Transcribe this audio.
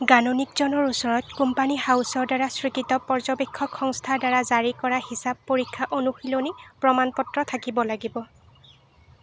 গাণনিকজনৰ ওচৰত কোম্পানী হাউচৰ দ্বাৰা স্বীকৃত পৰ্যৱেক্ষক সংস্থাৰ দ্বাৰা জাৰী কৰা হিচাপ পৰীক্ষা অনুশীলনী প্ৰমাণ পত্ৰ থাকিব লাগিব